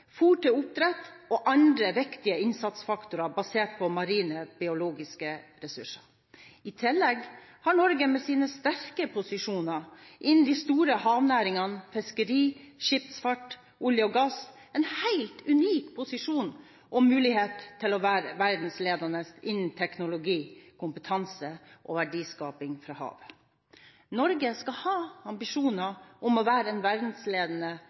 fôr til oppdrett og andre viktige innsatsfaktorer basert på marine biologiske ressurser. I tillegg har Norge med sin sterke posisjon innen de store havnæringene, fiskeri, skipsfart, olje og gass en helt unik posisjon og mulighet til å være verdensledende innen teknologi, kompetanse og verdiskaping fra havet. Norge skal ha ambisjoner om å være en verdensledende